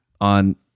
on